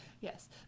Yes